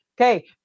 Okay